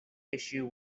issue